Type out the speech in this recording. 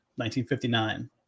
1959